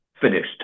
finished